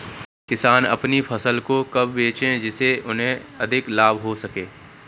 किसान अपनी फसल को कब बेचे जिसे उन्हें अधिक लाभ हो सके?